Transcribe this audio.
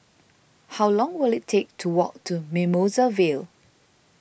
how long will it take to walk to Mimosa Vale